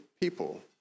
people